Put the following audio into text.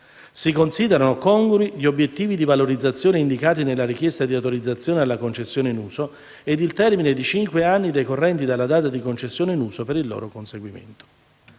si considerano congrui gli obiettivi di valorizzazione indicati nella richiesta di autorizzazione alla concessione in uso ed il termine di cinque anni decorrenti dalla data di concessione in uso per il loro conseguimento.